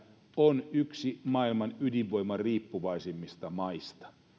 on yksi maailman ydinvoimariippuvaisimmista maista